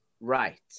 Right